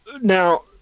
Now